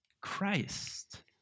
Christ